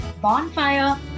Bonfire